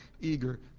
eager